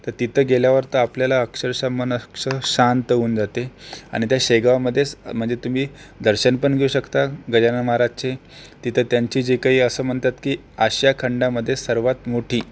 तर तिथं गेल्यावर तर आपल्याला अक्षरशः मन अक्ष शांत होऊन जाते आणि त्या शेगांवमध्येच म्हणजे तुम्ही दर्शनपण घेऊ शकता गजानन महाराजचे तिथे त्यांचे जे काही असं म्हणतात की आशियाखंडामध्ये सर्वात मोठी